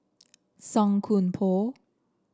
Song Koon Poh